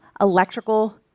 electrical